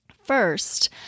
First